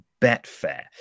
Betfair